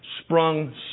sprung